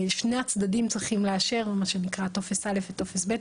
שני הצדדים צריכים לאשר את מה שנקרא טופס א' וטופס ב',